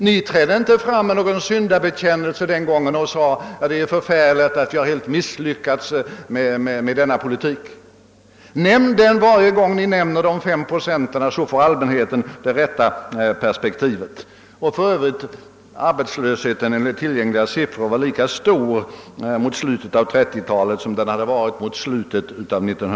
Ni trädde inte fram med någon syndabekännelse den gången och sade: Det är förfärligt att vi helt misslyckats med vår arbetsmarknadspolitik. Nämn denna siffra 10 procent varje gång Ni nämner de 5 procenten, så att allmänheten får det rätta perspektivet! Regeringen vågade inte ens tala om att halvera den tioprocentiga arbetslösheten framöver, när man mot slutet av 1930-talet diskuterade dessa frågor.